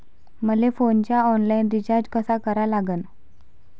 मले फोनचा online recharge कसा करा लागन?